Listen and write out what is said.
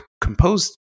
composed